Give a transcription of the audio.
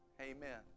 Amen